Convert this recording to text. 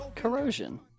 Corrosion